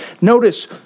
Notice